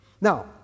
now